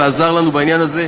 ועזר לנו בעניין הזה,